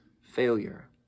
failure